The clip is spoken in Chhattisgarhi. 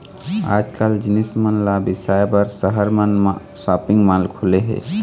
आजकाल जिनिस मन ल बिसाए बर सहर मन म सॉपिंग माल खुले हे